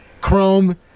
chrome